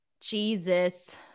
Jesus